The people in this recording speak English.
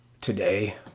Today